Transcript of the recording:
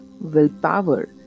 willpower